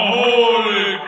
holy